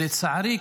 לצערי,